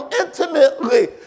intimately